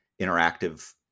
interactive